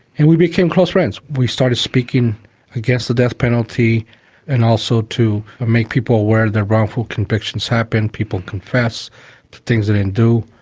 and we became close friends. we started speaking against the death penalty and also to make people aware that wrongful convictions happen, people confess things they didn't do.